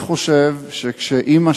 אני חושב שכשאמא,